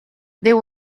there